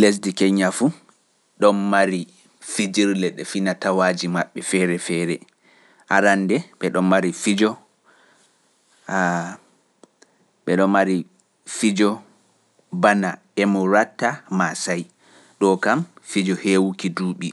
Lesdi keñña fu ɗoon mari fijirle ɗe finatawaaji maɓɓe feere feere, arande ɓe ɗoon mari fijo bana e murata maa sey, ɗoo kam fijo heewuki duuɓi,